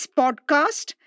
podcast